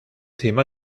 thema